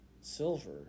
silver